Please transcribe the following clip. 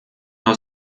aus